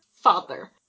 father